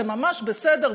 זה ממש בסדר,